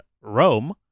Rome